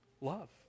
love